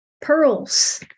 Pearls